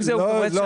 לא.